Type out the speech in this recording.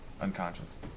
unconscious